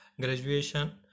graduation